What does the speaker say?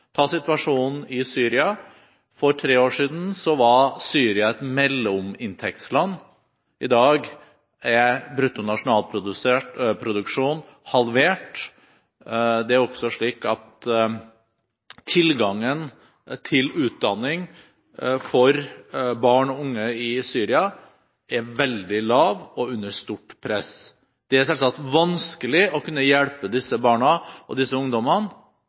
situasjonen i Syria. For tre år siden var Syria et mellominntektsland. I dag er bruttonasjonalproduktet halvert. Tilgangen til utdanning for barn og unge i Syria er veldig liten og under stort press. Det er selvsagt vanskelig å kunne hjelpe disse barna og ungdommene,